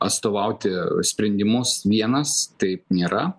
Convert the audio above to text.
atstovauti sprendimus vienas taip nėra